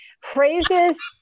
Phrases